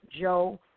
Joe